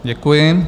Děkuji.